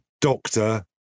Doctor